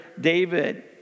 David